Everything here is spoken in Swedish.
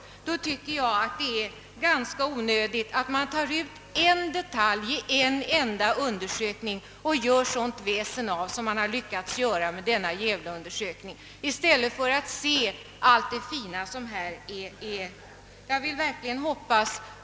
Då tycker jag att det är ganska onödigt att man tar ut en detalj i en enda undersökning och gör sådant väsen av den som man har lyckats göra av denna undersökning i Gävle i stället för att se allt det fina som här finns.